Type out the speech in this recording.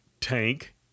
tank